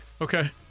Okay